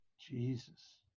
Jesus